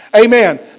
Amen